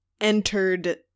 entered